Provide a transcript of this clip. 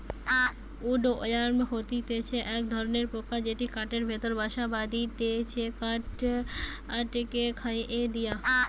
would worm হতিছে এক ধরণের পোকা যেটি কাঠের ভেতরে বাসা বাঁধটিছে কাঠকে খইয়ে দিয়া